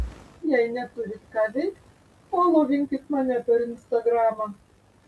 jei neturit ką veikt folovinkit mane per instagramą